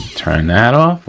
turn that off,